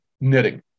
knitting